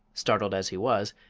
startled as he was,